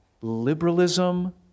Liberalism